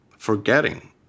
Forgetting